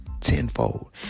tenfold